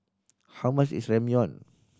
how much is Ramyeon